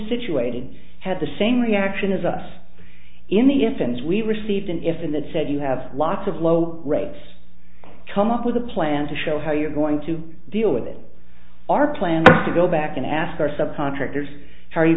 situated had the same reaction as us in the infants we received in if in that said you have lots of low rates come up with a plan to show how you're going to deal with it our plan is to go back and ask our subcontractors are you